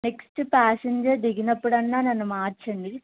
next passenger దిగినప్పుడైనా నన్ను మార్చండి